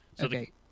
Okay